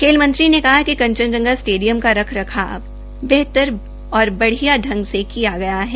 खेल मंत्री ने कहा कि कंचनजंगा स्टेडियम का रखरखाव बेहद बणिया तरीके से किया गया है